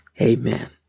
amen